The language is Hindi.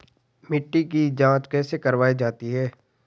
मिट्टी की जाँच कैसे करवायी जाती है?